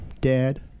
dad